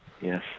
Yes